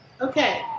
Okay